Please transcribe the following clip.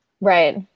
Right